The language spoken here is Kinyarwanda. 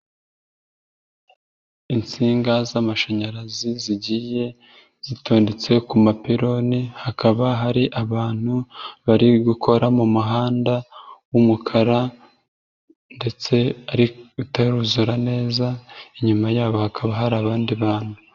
Insinga z'amashanyarazi zigiye zitondetse ku mapironi hakaba hari abantu bari gukora mu muhanda w'umukara ndetse utaruzura neza, inyuma yabo hakaba hari abandi bantu.